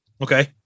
Okay